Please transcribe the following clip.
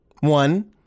one